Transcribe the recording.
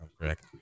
correct